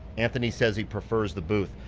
anthony says he prefers the booth.